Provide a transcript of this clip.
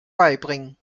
beibringen